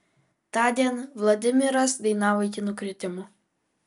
tądien vladimiras dainavo iki nukritimo